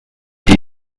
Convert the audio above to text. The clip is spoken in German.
die